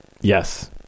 Yes